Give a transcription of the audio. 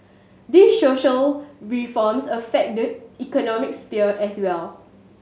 these social reforms affect the economic sphere as well